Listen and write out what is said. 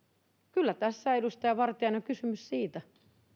kyllä tässä edustaja vartiainen on kysymys siitä